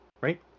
Right